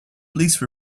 please